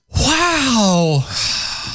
wow